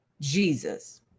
Jesus